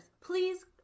please